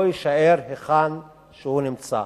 לא יישאר היכן שהוא נמצא.